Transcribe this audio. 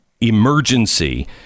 emergency